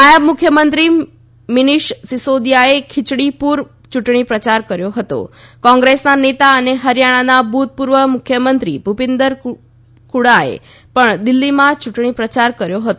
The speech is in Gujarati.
નાયબ મુખ્યમંત્રી મિનિષ સિસોદીયાએ ખિયડીપૂર યૂંટણી પ્રચાર કર્યો હતો કોગ્રેસના નેતા અને હરિયાણાના ભૂતપૂર્વ મુખ્યમંત્રી ભુપીન્દર કુડાએ પણ દિલ્હીમાં યૂંટણી પ્રચાર કર્યો હતો